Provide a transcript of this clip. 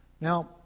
Now